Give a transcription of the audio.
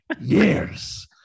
years